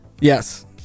Yes